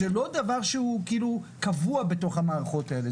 זה לא דבר שהוא כאילו קבוע בתוך המערכות האלה,